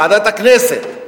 ועדת הכנסת,